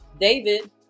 David